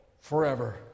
forever